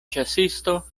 ĉasisto